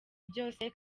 byose